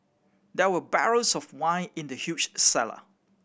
there were barrels of wine in the huge cellar